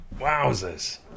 Wowzers